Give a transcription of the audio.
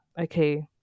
okay